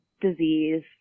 disease